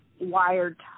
wired